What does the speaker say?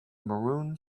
maroon